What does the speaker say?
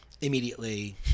immediately